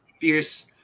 Pierce